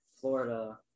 Florida